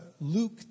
Luke